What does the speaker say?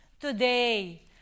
Today